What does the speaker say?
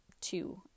two